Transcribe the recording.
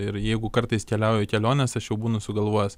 ir jeigu kartais keliauju į keliones aš jau būnu sugalvojęs